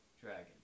dragon